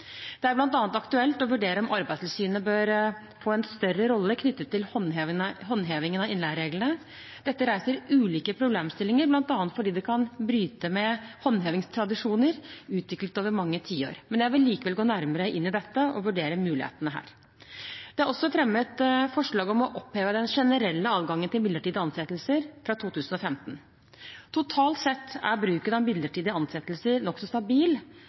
Det er bl.a. aktuelt å vurdere om Arbeidstilsynet bør få en større rolle knyttet til håndhevingen av innleiereglene. Dette reiser ulike problemstillinger, bl.a. fordi det kan bryte med håndhevingstradisjoner utviklet over mange tiår. Jeg vil likevel gå nærmere inn i dette og vurdere mulighetene her. Det er også fremmet forslag om å oppheve den generelle adgangen til midlertidige ansettelser fra 2015. Totalt sett er bruken av midlertidige ansettelser nokså stabil